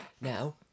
Now